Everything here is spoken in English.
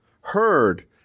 heard